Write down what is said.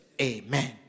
amen